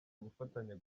gufatanya